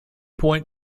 point